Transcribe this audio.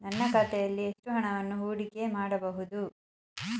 ನನ್ನ ಖಾತೆಯಲ್ಲಿ ಎಷ್ಟು ಹಣವನ್ನು ಹೂಡಿಕೆ ಮಾಡಬಹುದು?